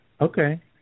Okay